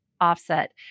offset